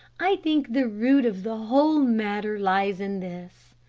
i think the root of the whole matter lies in this.